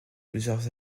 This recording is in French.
plusieurs